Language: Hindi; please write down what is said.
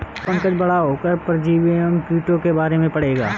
पंकज बड़ा होकर परजीवी एवं टीकों के बारे में पढ़ेगा